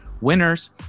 winners